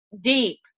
deep